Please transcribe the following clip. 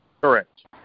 Correct